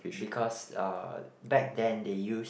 because uh back then they use